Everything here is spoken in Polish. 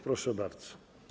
Proszę bardzo.